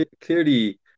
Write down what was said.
clearly